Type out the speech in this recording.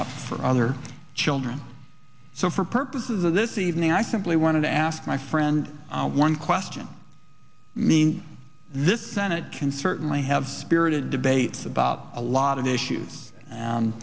up for other children so for purposes of this evening i simply want to ask my friend one question mean this senate can certainly have spirited debates about a lot of issues